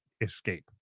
escape